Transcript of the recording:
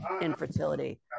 infertility